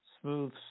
smooth